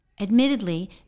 Admittedly